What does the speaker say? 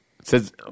Says